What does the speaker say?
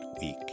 week